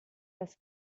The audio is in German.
das